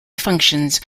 functions